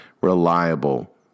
reliable